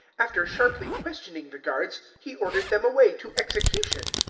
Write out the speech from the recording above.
after sharply questioning the guards he ordered them away to execution.